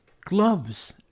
Gloves